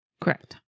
Correct